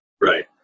Right